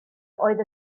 oedd